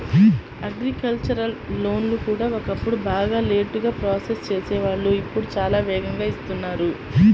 agricultural లోన్లు కూడా ఒకప్పుడు బాగా లేటుగా ప్రాసెస్ చేసేవాళ్ళు ఇప్పుడు చాలా వేగంగా ఇస్తున్నారు